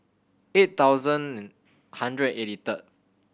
eight thousand hundred eighty third